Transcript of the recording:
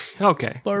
Okay